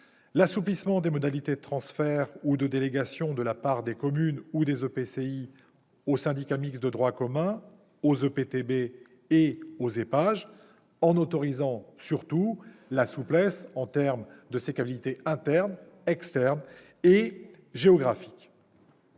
l'assouplissement des modalités de transfert ou de délégation de la part des communes ou des EPCI aux syndicats mixtes de droit commun, aux EPTB et aux EPAGE, notamment en termes de sécabilité interne, externe et géographique.